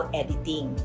editing